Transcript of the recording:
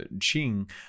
Ching